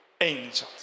angels